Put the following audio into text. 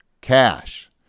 cash